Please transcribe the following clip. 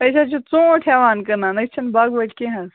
أسۍ حظ چھِ ژوٗنٹھۍ ہٮ۪وان کٕنان أسۍ چھِنہٕ باغہٕ وٲلۍ کیٚنٛہہ حظ